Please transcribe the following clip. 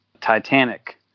Titanic